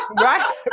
Right